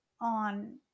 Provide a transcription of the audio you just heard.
on